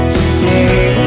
Today